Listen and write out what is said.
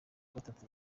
gatatu